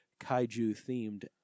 Kaiju-themed